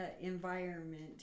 environment